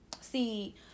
See